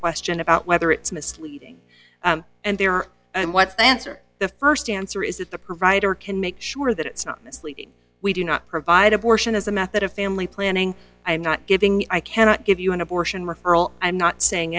question about whether it's misleading and there are what answer the st answer is that the provider can make sure that it's not misleading we do not provide abortion as a method of family planning i'm not giving i cannot give you an abortion referral i'm not saying